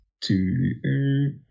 two